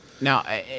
now